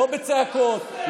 לא בצעקות,